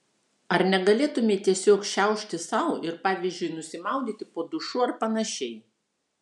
ar negalėtumei tiesiog šiaušti sau ir pavyzdžiui nusimaudyti po dušu ar panašiai